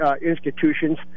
institutions